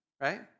right